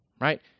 Right